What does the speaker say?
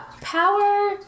Power